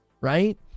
right